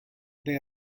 they